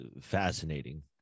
fascinating